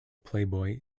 playboy